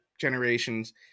generations